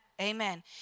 Amen